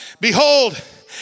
Behold